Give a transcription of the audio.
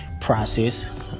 process